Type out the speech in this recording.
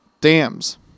dams